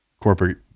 corporate